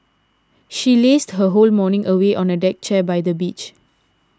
she lazed her whole morning away on a deck chair by the beach